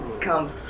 Come